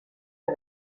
for